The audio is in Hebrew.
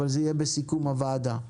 זה יהיה בסיכום הוועדה.